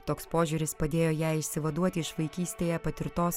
toks požiūris padėjo jai išsivaduoti iš vaikystėje patirtos